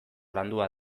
landua